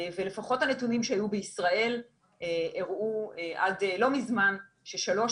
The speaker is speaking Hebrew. לפחות הנתונים שהיו בישראל הראו עד לא מזמן ששלוש